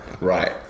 Right